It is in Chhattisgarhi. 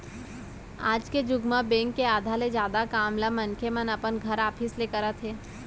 आज के जुग म बेंक के आधा ले जादा काम ल मनखे मन अपन घर, ऑफिस ले करत हे